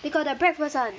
they got the breakfast